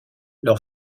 leur